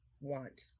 want